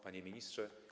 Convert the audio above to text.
Panie Ministrze!